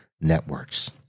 networks